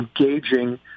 engaging